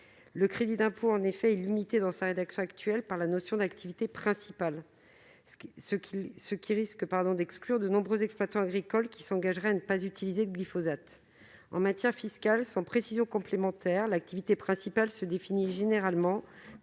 le crédit d'impôt proposé est limité par la notion d'activité « principale » qui risque d'exclure de nombreux exploitants agricoles qui s'engageraient à ne pas utiliser de glyphosate. En matière fiscale, et sans précision complémentaire, l'activité principale se définit généralement